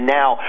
now